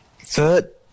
Third